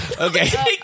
Okay